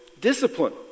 discipline